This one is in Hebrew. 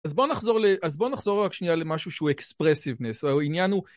אז בוא נחזור רק שנייה למשהו שהוא expressiveness, העניין הוא...